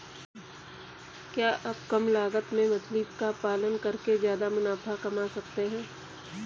क्या कम लागत में मछली का पालन करके ज्यादा मुनाफा कमा सकते हैं?